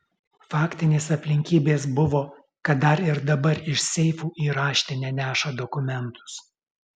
faktinės aplinkybės buvo kad dar ir dabar iš seifų į raštinę neša dokumentus